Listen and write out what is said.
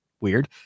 weird